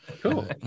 Cool